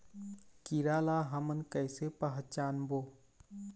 कीरा ला हमन कइसे पहचानबो?